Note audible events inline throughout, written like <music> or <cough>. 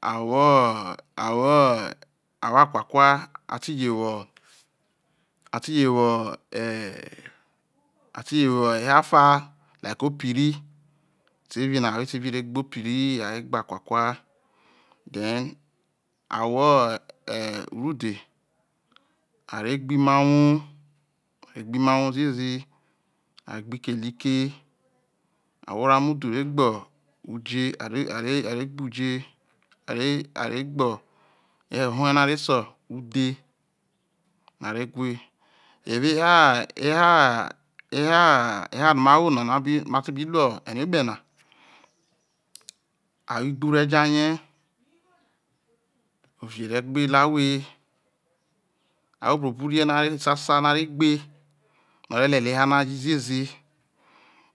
A wo a wo eh a wo akpakua a te je wo ateje wo e ate je wo ehafa like opin etevie na ahwo atevie nare gbe opin a re gbe akpakua then ahwo eh urue a re gbe imahwo a re gbe imahwo ziezi a re gbe ikelike ahwo oranudhu re gbe uje are are gbuje a re a re gbe ehe ono a re se uthei a re gbei ero ehaa ehaa ehaa ehaa no ma wo na no a ma ibiru erio kpena ahwo igbu re jane ovie re gbe lohwe ahwo buobu ne sasano a re gbe no o lelei ehaa na rro ziezi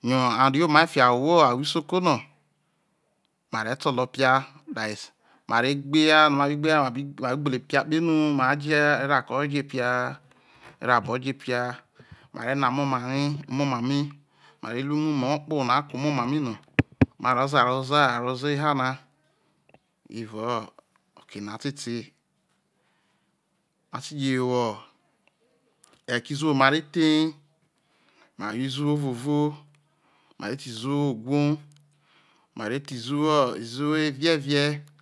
yo arri omai fiho ahwo isoko no ma re tolo opia that is ma re gbe ehaa go ma bi gbolo epia kpehru ma je rako je epia ro abo je̠ epia ma re na omoma mai mare ru umuwou okpo na ke omama mai no <noise> ma rro zaroza ehaa na evao oke na tete mate je wo eke izuwo no ma retha ma wo izuwo ovovo mare thei izuwo ogwo mare thei izuwo izuwo evievie